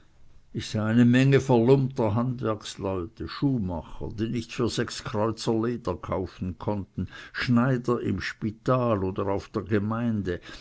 ich sah eine menge verlumpter handwerksleute schuhmacher die nicht für sechs kreuzer leder kaufen konnten schneider im spital oder auf der gemeinde